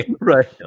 right